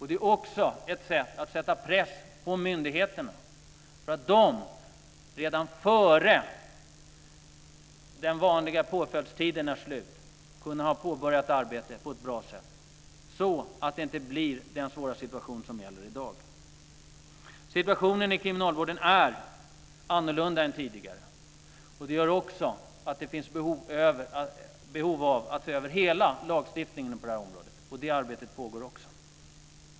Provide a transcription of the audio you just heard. Det är också ett sätt att sätta press på myndigheterna för att de redan före påföljdstiden är slut ska kunna påbörja ett arbete på ett bra sätt, så att det inte blir den svåra situation som råder i dag. Situationen i kriminalvården är annorlunda än tidigare. Det gör också att det finns ett behov av att se över hela lagstiftningen på det här området, och det arbetet pågår också.